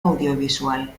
audiovisual